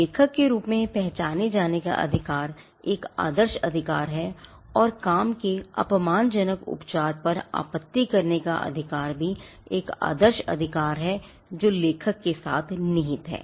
लेखक के रूप में पहचाने जाने का अधिकार एक आदर्श अधिकार है और काम के अपमानजनक उपचार पर आपत्ति करने का अधिकार भी एक आदर्श अधिकार है जो लेखक के साथ निहित है